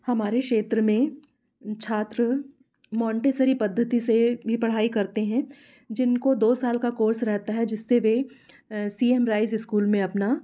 हमारे क्षेत्र में छात्र माँटेसरी पद्धति से भी पढ़ाई करते हैं जिनको दो साल का कोर्स रहता है जिससे वे सी एम राइज़ इस्कूल में अपना